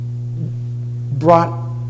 brought